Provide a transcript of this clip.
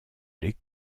les